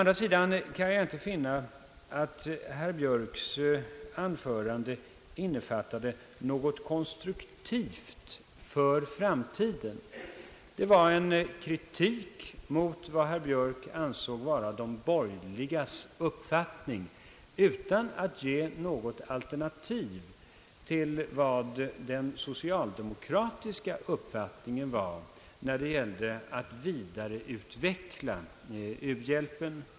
Däremot kan jag inte finna att herr Björks anförande innefattade något konstruktivt. Anförandet var en kritik mot vad herr Björk ansåg vara de borgerligas uppfattning, utan att ge något alternativ till den socialdemokratiska uppfattningen när det gällde att vidareutveckla u-hjälpen.